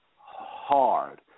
hard